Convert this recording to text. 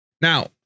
Now